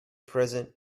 present